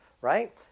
right